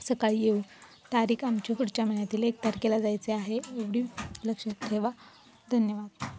सकाळी येऊ तारीख आमच्या पुढच्या महिन्यातील एक तारखेला जायचे आहे एवढी लक्षात ठेवा धन्यवाद